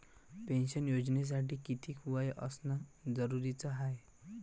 Pension योजनेसाठी कितीक वय असनं जरुरीच हाय?